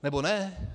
Nebo ne?